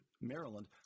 Maryland